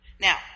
Now